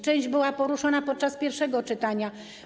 Część była poruszona podczas pierwszego czytania.